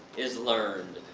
is learned.